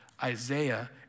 Isaiah